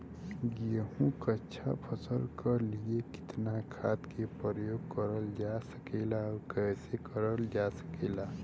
गेहूँक अच्छा फसल क लिए कितना खाद के प्रयोग करल जा सकेला और कैसे करल जा सकेला?